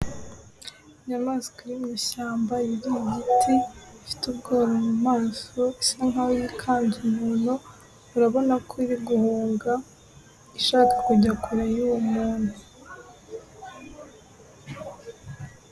Inyamaswa iri mu ishyamba，yuriye igiti ifite ubwoba mu maso，isa nk'aho yikanze umuntu，urabona ko iri guhunga， ishaka kujya kure y’uwo muntu.